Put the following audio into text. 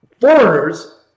foreigners